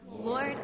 Lord